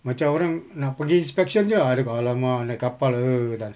macam orang nak pergi inspection jer I cakap !alamak! naik kapal err tak nak